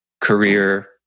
career